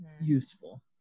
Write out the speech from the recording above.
useful